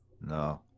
No